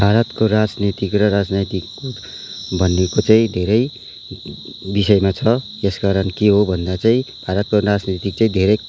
भारतको राजनीति र राजनैतिक भनेको चाहिँ धेरै विषयमा छ यसकारण के हो भन्दा चाहिँ भारतको राजनीति चाहिँ धेरै